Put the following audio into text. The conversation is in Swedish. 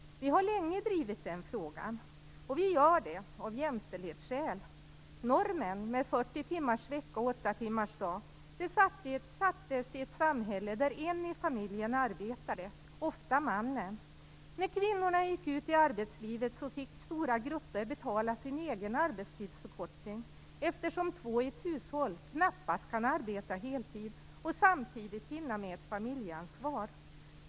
Vi har länge drivit den frågan. Vi gör det av jämställdhetsskäl. Normen 40 timmars vecka och 8 timmars dag sattes i ett samhälle där en i familjen, ofta mannen, arbetade. När kvinnorna gick ut i arbetslivet fick stora grupper betala sin egen arbetstidsförkortning, eftersom två i ett hushåll knappast kan arbeta heltid och samtidigt hinna med ett familjeansvar.